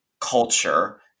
culture